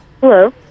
Hello